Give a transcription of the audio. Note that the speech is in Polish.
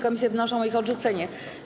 Komisje wnoszą o ich odrzucenie.